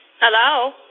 Hello